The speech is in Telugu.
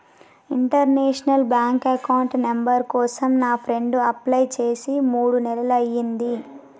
ఇంటర్నేషనల్ బ్యాంక్ అకౌంట్ నంబర్ కోసం నా ఫ్రెండు అప్లై చేసి మూడు నెలలయ్యింది